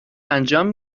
انجام